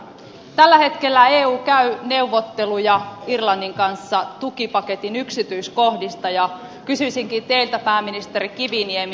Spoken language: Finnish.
tällä hetkellä eu käy neuvotteluja irlannin kanssa tukipaketin yksityiskohdista ja kysyisinkin teiltä pääministeri kiviniemi